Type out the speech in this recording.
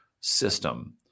system